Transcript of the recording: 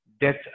Death